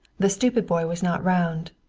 the stupid boy was not round.